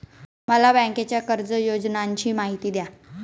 मला बँकेच्या कर्ज योजनांची माहिती द्या